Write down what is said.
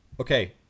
Okay